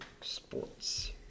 sports